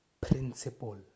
principle